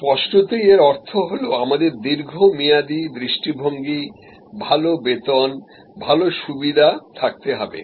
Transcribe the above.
স্পষ্টতই এর অর্থ হল আমাদের দীর্ঘ মেয়াদী দৃষ্টিভঙ্গি ভাল বেতন ভাল সুবিধা থাকতে হবে